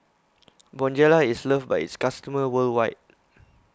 Bonjela is loved by its customers worldwide